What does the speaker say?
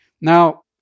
Now